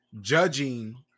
judging